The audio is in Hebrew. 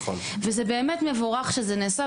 וזה באמת מבורך שזה נעשה,